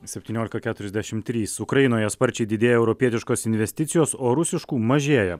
septyniolika keturiasdešim trys ukrainoje sparčiai didėja europietiškos investicijos o rusiškų mažėja